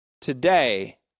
Today